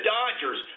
Dodgers